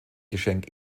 geschenk